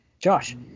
Josh